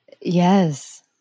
Yes